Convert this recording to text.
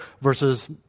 versus